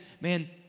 man